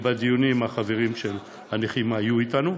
ובדיונים החברים של הנכים היו איתנו.